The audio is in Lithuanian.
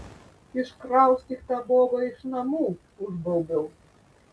iškraustyk tą bobą iš namų užbaubiau